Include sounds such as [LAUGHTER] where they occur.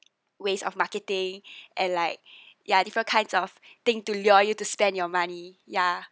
ways of marketing [BREATH] and like ya different kinds of thing to lure you to spend your money ya